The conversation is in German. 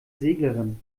seglerin